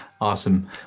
Awesome